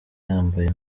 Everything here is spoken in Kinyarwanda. yambaye